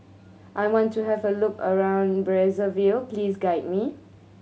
I want to have a look around Brazzaville please guide me